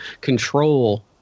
control